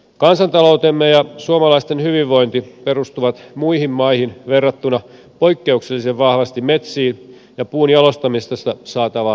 kansantaloutemme ja suomalaisten hyvinvointi perustuvat muihin maihin verrattuna poikkeuksellisen vahvasti metsiin ja puun jalostamisesta saatavaan arvonlisään